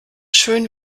schön